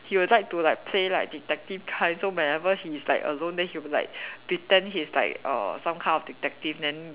he would like to play like detective kind so whenever he is like alone then he would be like pretend he's like err some kind of detective then